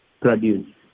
Produce